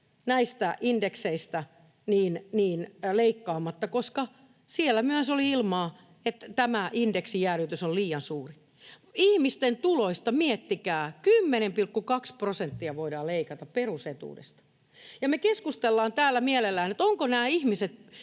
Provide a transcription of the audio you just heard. näistä indekseistä leikkaamatta, koska siellä myös oli ilmaa, että tämä indeksijäädytys on liian suuri. Ihmisten tuloista — miettikää — 10,2 prosenttia voidaan leikata, perusetuudesta. Me keskustellaan täällä mielellään nyt, ovatko nämä ihmiset